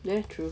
that's true